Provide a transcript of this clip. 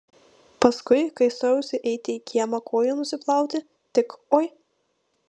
paskui kai stojausi eiti į kiemą kojų nusiplauti tik oi